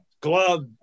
glove